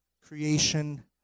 Creation